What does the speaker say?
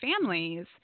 families